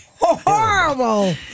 horrible